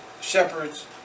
shepherds